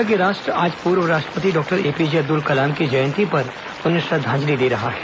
कृतज्ञ राष्ट्र आज पूर्व राष्ट्रपति डॉक्टर एपीजे अब्दुल कलाम की जयंती पर उन्हें श्रद्वांजलि दे रहा है